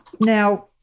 Now